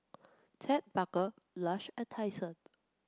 Ted Baker Lush and Tai Sun